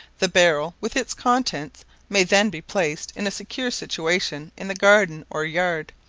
the barrel with its contents may then be placed in a secure situation in the garden or yard,